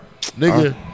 nigga